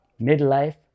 midlife